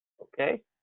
Okay